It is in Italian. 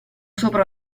sopra